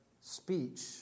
speech